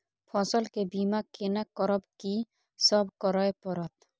फसल के बीमा केना करब, की सब करय परत?